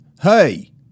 Hey